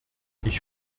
ich